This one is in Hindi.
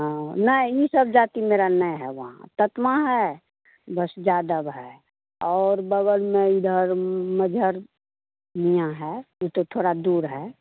हाँ नहीं यह सब जाती मेरा नहीं है वहाँ ततमा है बस यादव है और बग़ल में इधर मझर मियां है उ तो तोड़ा दूर है